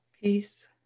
Peace